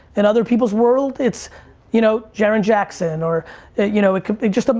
in other people's world, it's you know jaren jackson, or it you know it just, ah